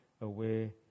away